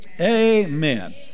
Amen